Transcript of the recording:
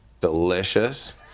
Delicious